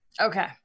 Okay